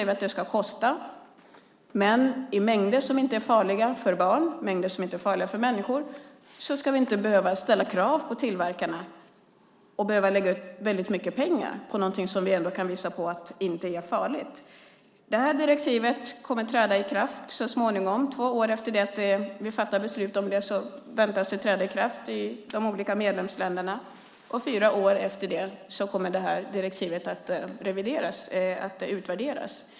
I det här fallet säger vi att det ska kosta, men vi ska inte ställa krav på tillverkarna att de ska lägga ut väldigt mycket pengar på något som vi kan visa inte är farligt för människor. Det här direktivet kommer att träda i kraft så småningom. Två år efter det att vi har fattat beslut om det väntas det träda i kraft i de olika medlemsländerna. Fyra år efter det kommer det här direktivet att utvärderas.